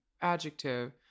adjective